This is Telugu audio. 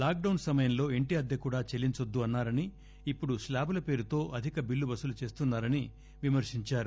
లాక్డొస్ సమయంలో ఇంటి అద్దె కూడా చెల్లించొద్దు అన్నారని ఇప్పుడు స్లాబుల పేరుతో అధిక బిల్లు వసూలు చేస్తున్నారని విమర్పించారు